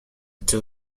two